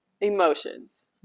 emotions